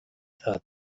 thought